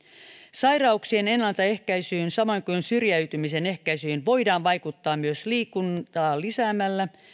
sairauksien ennaltaehkäisyyn samoin kuin syrjäytymisen ehkäisyyn voidaan vaikuttaa myös liikuntaa lisäämällä